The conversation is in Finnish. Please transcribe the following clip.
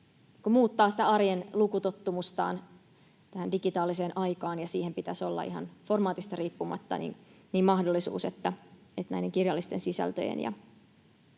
muuttaa sitä arjen lukutottumustaan tähän digitaaliseen aikaan, ja siihen pitäisi olla ihan formaatista riippumatta mahdollisuus, että näiden kirjallisten sisältöjen ja